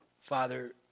Father